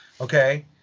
Okay